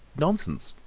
nonsense!